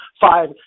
five